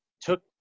took